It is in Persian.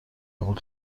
قبول